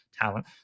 talent